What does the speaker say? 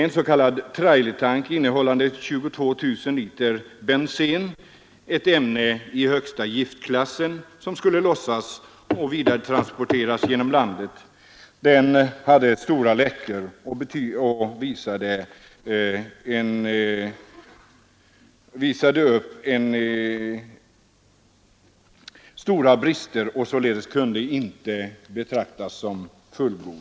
En s.k. trailertank innehållande 22 000 liter benzen — ett ämne i högsta giftklassen — skulle lossas och vidaretrans porteras genom landet, men det visade sig att tanken läckte. Den hade således stora brister och kunde inte betraktas som fullgod.